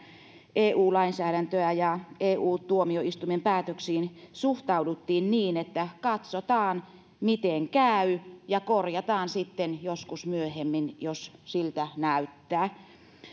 eu lainsäädäntöön ja eu tuomioistuimen päätöksiin suhtauduttiin niin että katsotaan miten käy ja korjataan sitten joskus myöhemmin jos siltä näyttää